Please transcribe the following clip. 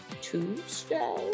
Tuesday